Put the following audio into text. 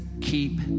Keep